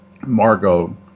Margot